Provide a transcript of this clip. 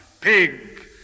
Pig